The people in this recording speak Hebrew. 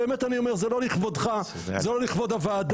באמת אני אומר שזה לא לכבודך וזה לא לכבוד הוועדה.